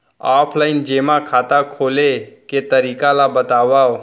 Offline जेमा खाता खोले के तरीका ल बतावव?